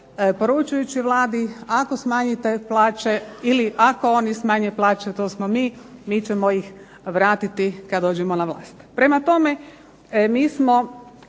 poručujući Vladi ako smanjite plaće ili ako oni smanje plaće to smo mi. Mi ćemo ih vratiti kad dođemo na vlast. Prema tome, mi smo